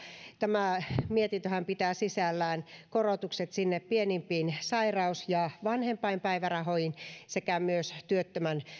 tämä mietintöhän pitää sisällään korotukset pienimpiin sairaus ja vanhempainpäivärahoihin sekä myös työttömän